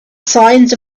signs